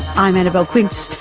i'm annabelle quince,